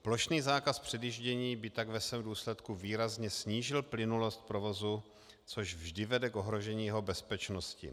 Plošný zákaz předjíždění by tak ve svém důsledku výrazně snížil plynulost provozu, což vždy vede k ohrožení jeho bezpečnosti.